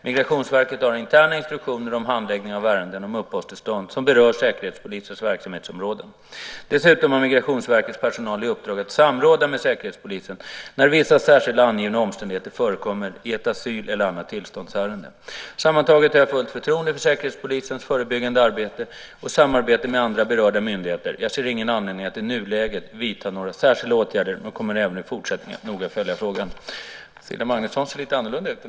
Migrationsverket har interna instruktioner om handläggningen av ärenden om uppehållstillstånd som berör Säkerhetspolisens verksamhetsområden. Dessutom har Migrationsverkets personal i uppdrag att samråda med Säkerhetspolisen när vissa särskilt angivna omständigheter förekommer i ett asyl eller annat tillståndsärende. Sammantaget har jag fullt förtroende för Säkerhetspolisens förebyggande arbete och samarbetet med andra berörda myndigheter. Jag ser ingen anledning att i nuläget vidta några särskilda åtgärder men kommer även i fortsättningen att noga följa frågan.